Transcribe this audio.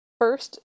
First